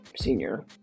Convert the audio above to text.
senior